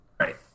Right